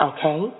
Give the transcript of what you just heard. Okay